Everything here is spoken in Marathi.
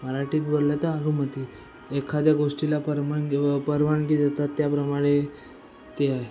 मराठीत बोलल्या तर अनुमती एखाद्या गोष्टीला परमाण परवानगी देतात त्याप्रमाणे ते आहे